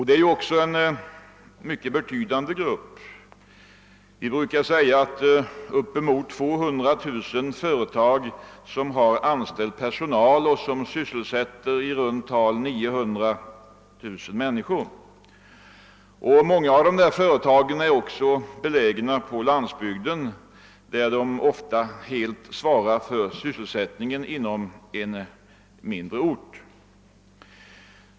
Dessa utgör en mycket betydande grupp; vi brukar säga att det finns uppemot 200 000 företag med anställd personal som sysselsätter i runt tal 900 000 människor. Många av dessa företag är belägna på landsbygden, och de svarar ofta helt för sysselsättningen inom en mindre ort.